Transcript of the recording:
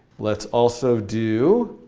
let's also do